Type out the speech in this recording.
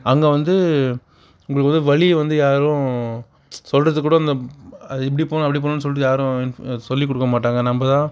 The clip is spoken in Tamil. அங்கே வந்து உங்களுக்கு வந்து வழிய வந்து யாரும் சொல்கிறதுக்கு கூட அது இப்படி போகணும் அப்படி போகணும்னு சொல்கிறதுக்கு கூட யாரும் சொல்லி கொடுக்க மாட்டாங்க நம்ம தான்